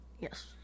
Yes